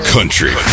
Country